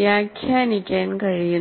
വ്യാഖ്യാനിക്കാൻ കഴിയുന്നത്